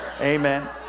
Amen